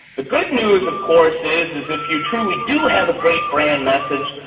the good news, of course, is, is if you truly do have a great brand message,